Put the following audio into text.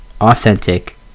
authentic